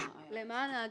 למען ההגינות,